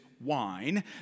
wine